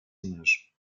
images